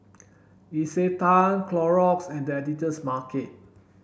Isetan Clorox and The Editor's Market